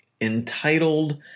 entitled